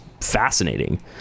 fascinating